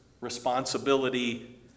responsibility